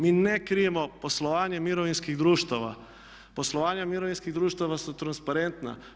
Mi ne krijemo poslovanje mirovinskih društava, poslovanja mirovinskih društava su transparentna.